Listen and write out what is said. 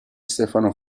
stefano